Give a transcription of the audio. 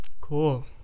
Cool